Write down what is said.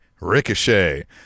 ricochet